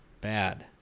Bad